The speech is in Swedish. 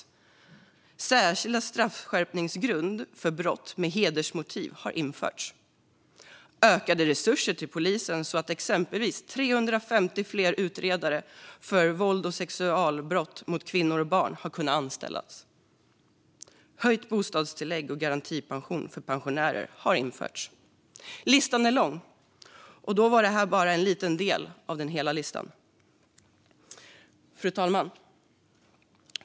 En särskild straffskärpningsgrund för brott med hedersmotiv har införts. Vi har gett ökade resurser till polisen så att exempelvis 350 fler utredare för vålds och sexualbrott mot kvinnor och barn har kunnat anställas. Höjt bostadstillägg och garantipension för pensionärer har införts. Listan är lång, och ändå var det här bara en liten del av hela listan. Fru talman!